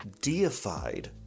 deified